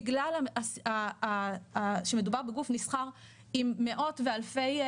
בגלל שמדובר בגוף נסחר עם מאות ואלפי,